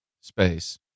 space